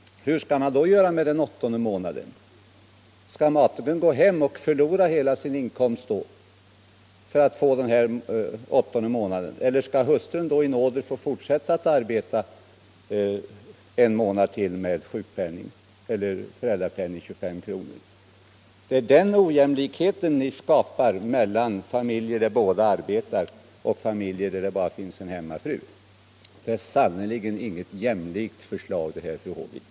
Hur skall man då göra med den åttonde månaden? Skall maken gå hem och förlora hela sin inkomst för att få vara ledig den här åttonde månaden eller skall hustrun i nåder få fortsätta att uppbära föräldrapenning på 25 kr. en månad till? Det är denna ojämlikhet som ni skapar mellan familjer där båda makarna arbetar och familjer där det finns en hemmafru. Det här är sannerligen inget jämlikt förslag, fru Håvik.